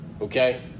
okay